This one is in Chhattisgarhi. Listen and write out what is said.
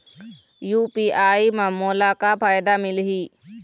यू.पी.आई म मोला का फायदा मिलही?